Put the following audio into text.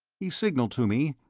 he signalled to me,